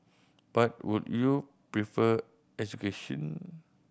but would you prefer execution